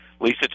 Lisa